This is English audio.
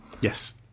Yes